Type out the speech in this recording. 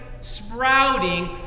sprouting